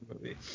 movie